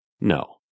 No